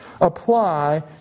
apply